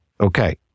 Okay